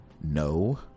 No